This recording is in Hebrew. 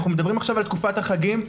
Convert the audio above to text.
אנחנו מדברים עכשיו על תקופת החגים,